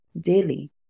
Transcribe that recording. daily